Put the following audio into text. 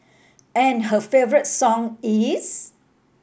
and her favourite song is